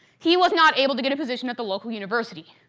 he was not able to get a position at the local university.